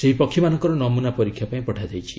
ସେହି ପକ୍ଷୀମାନଙ୍କର ନମୂନା ପରୀକ୍ଷା ପାଇଁ ପଠାଯାଇଛି